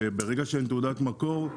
ברגע שאין תעודת מקור,